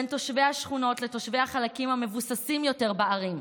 בין תושבי השכונות לתושבי החלקים המבוססים יותר בערים,